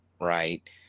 right